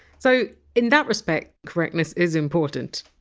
so in that respect, correctness is important.